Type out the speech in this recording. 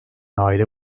aile